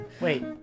Wait